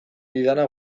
didana